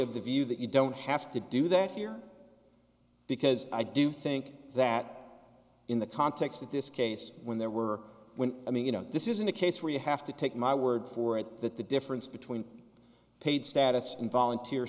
of the view that you don't have to do that here because i do think that in the context of this case when there were when i mean you know this isn't a case where you have to take my word for it that the difference between paid status and volunteer